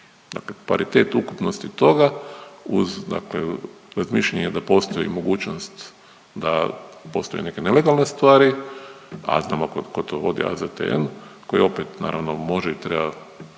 Dakle paritet ukupnosti toga uz dakle razmišljanje da postoji mogućnost da postoje neke nelegalne stvari, a znamo ko to vodi AZTN, koji opet naravno može i treba